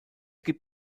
gibt